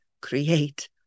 create